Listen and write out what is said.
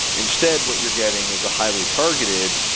instead, what you're getting is a highly targeted